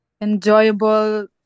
enjoyable